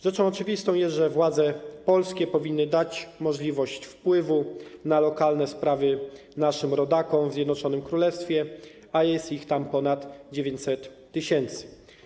Rzeczą oczywistą jest, że władze polskie powinny dać możliwość wpływu na lokalne sprawy naszym rodakom w Zjednoczonym Królestwie, a jest ich tam ponad 900 tys.